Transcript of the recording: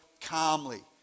calmly